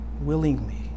willingly